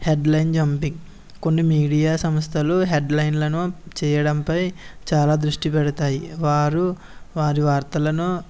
headline jumping కొన్ని media సంస్థలు హెడ్లైన్లను చేయడం పై చాలా దృష్టి పెడతాయి వారు వారి వార్తలను